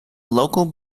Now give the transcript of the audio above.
local